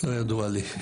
לא ידוע לי.